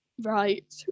Right